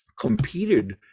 competed